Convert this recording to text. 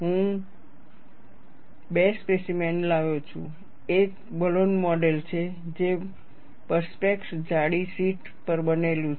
હું 2 સ્પેસીમેન લાવ્યો છું એક બલોન મોડેલ છે જે પરસ્પેક્સ જાડી શીટ પર બનેલું છે